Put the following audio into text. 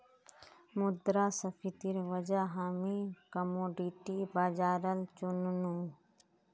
मुद्रास्फीतिर वजह हामी कमोडिटी बाजारल चुन नु